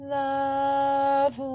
love